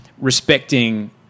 respecting